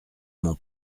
m’en